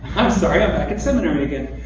i'm sorry, i'm back in seminary again.